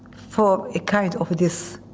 for a kind of this